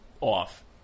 off